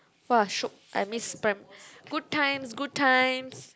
!wah! shiok I miss prim~ good times good times